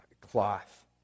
cloth